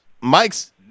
Mike's